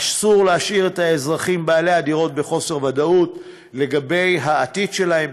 אסור להשאיר את האזרחים בעלי הדירות בחוסר ודאות לגבי העתיד שלהם.